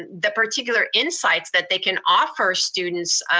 and the particular insights that they can offer students.